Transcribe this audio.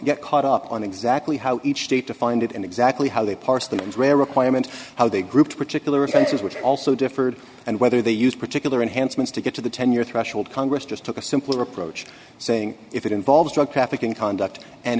get caught up on exactly how each state to find it and exactly how they parse that is rare requirement how they grouped particular offenses which also differed and whether they used particular enhancements to get to the ten year threshold congress just took a simpler approach saying if it involves drug trafficking conduct and